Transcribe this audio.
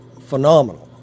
phenomenal